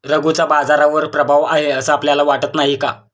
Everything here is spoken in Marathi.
रघूचा बाजारावर प्रभाव आहे असं आपल्याला वाटत नाही का?